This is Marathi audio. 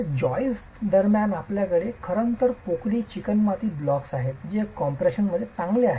या जॉईस्ट दरम्यान आपल्याकडे खरंतर पोकळ चिकणमाती ब्लॉक्स आहेत जे कॉम्प्रेशनमध्ये चांगले आहेत